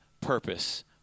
purpose